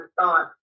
thought